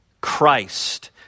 Christ